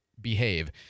behave